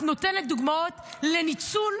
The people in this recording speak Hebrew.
את נותנת דוגמאות לניצול,